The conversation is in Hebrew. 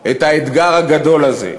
את האתגר הגדול הזה.